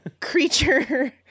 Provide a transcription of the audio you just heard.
creature